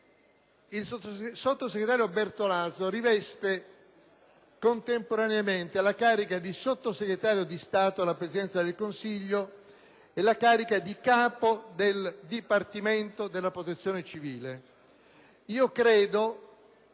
il sottosegretario Bertolaso riveste contemporaneamente la carica di Sottosegretario di Stato alla Presidenza del Consiglio e la carica di Capo del Dipartimento della protezione civile. Credo